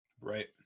Right